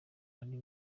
ari